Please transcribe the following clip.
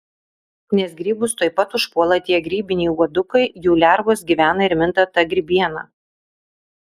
nes grybus tuoj pat užpuola tie grybiniai uodukai jų lervos gyvena ir minta ta grybiena